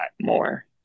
more